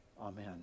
Amen